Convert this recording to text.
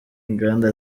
inganda